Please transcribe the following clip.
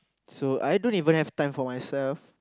so I don't even have time for myself